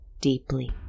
deeply